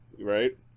right